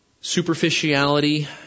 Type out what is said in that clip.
superficiality